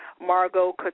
Margot